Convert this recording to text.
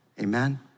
Amen